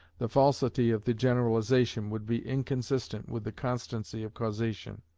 the falsity of the generalization would be inconsistent with the constancy of causation